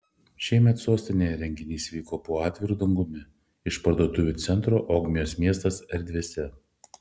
šiemet sostinėje renginys vyks po atviru dangumi išparduotuvių centro ogmios miestas erdvėse